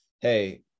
Hey